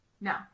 No